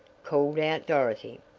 called out dorothy.